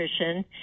nutrition